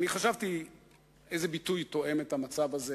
חשבתי איזה ביטוי תואם את המצב הזה,